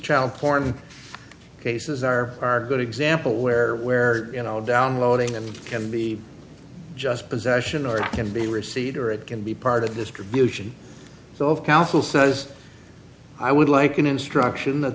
child porn cases are are good example where where you know downloading them can be just possession or it can be a receipt or it can be part of this tribute so of counsel says i would like an instruction that